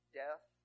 death